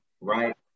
right